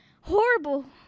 horrible